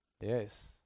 Yes